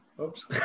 Oops